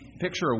Picture